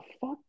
fuck